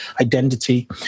identity